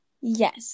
Yes